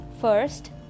First